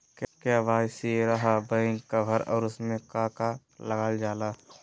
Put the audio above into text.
KYC रहा बैक कवर और उसमें का का लागल जाला?